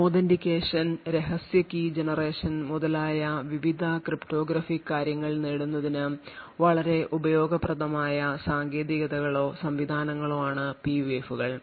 authentication രഹസ്യ key generation മുതലായ വിവിധ ക്രിപ്റ്റോഗ്രാഫിക് കാര്യങ്ങൾ നേടുന്നതിന് വളരെ ഉപയോഗപ്രദമായ സാങ്കേതികതകളോ സംവിധാനങ്ങളോ ആണ് PUF കൾ